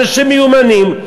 אנשים מיומנים,